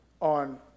on